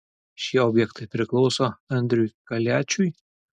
šie objektai priklauso andriui kaliačiui